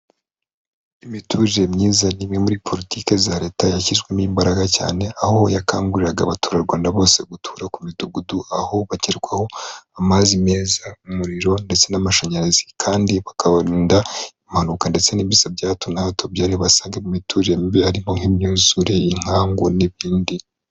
Imiturire myiza ni imwe muri politiki za leta yashyizwemo imbaraga cyane, aho yakanguriraga abaturarwanda bose gutura ku midugudu aho bagerwaho n'amazi meza, umuriro ndetse n'amashanyarazi. Kandi bakabarinda impanuka ndetse n'ibiza bya hato na hato byari bibasange mu miturire mibi harimo nk'imyuzure, inkangu n'ibindi.